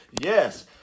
Yes